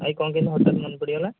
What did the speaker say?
ଆଜି କ'ଣ କେମିତି ହଠାତ ମନେ ପଡ଼ିଗଲା